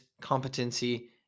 competency